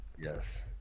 yes